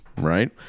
right